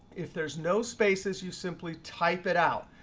if there's no spaces, you simply type it out.